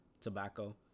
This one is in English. tobacco